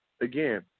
again